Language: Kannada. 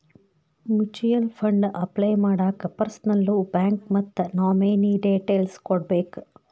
ಮ್ಯೂಚುಯಲ್ ಫಂಡ್ ಅಪ್ಲೈ ಮಾಡಾಕ ಪರ್ಸನಲ್ಲೂ ಬ್ಯಾಂಕ್ ಮತ್ತ ನಾಮಿನೇ ಡೇಟೇಲ್ಸ್ ಕೋಡ್ಬೇಕ್